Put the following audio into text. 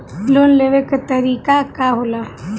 Loan लेवे क तरीकाका होला?